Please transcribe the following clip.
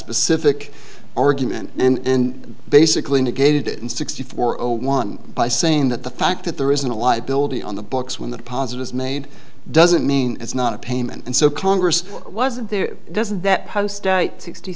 specific argument and basically negated it in sixty four or one by saying that the fact that there isn't a liability on the books when the deposit is made doesn't mean it's not a payment and so congress wasn't there doesn't that